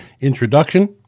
Introduction